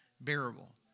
bearable